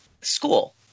school –